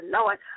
Lord